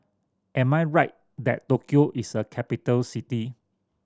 am I right that Tokyo is a capital city